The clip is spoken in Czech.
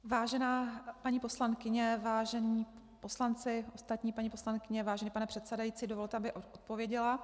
Vážená paní poslankyně, vážení poslanci a ostatní paní poslankyně, vážený pane předsedající, dovolte mi, abych odpověděla.